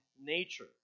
nature